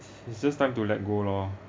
she's just like to let go loh